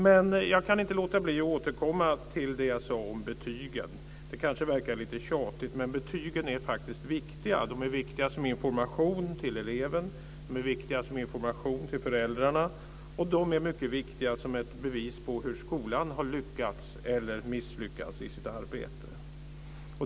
Men jag kan inte låta bli att återkomma till det jag sade om betygen. Det kanske verkar lite tjatigt, men betygen är faktiskt viktiga. De är viktiga som information till eleven, de är viktiga som information till föräldrarna och de är mycket viktiga som ett bevis på hur skolan har lyckats eller misslyckats i sitt arbete.